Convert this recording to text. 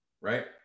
right